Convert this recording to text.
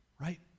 right